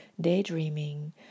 daydreaming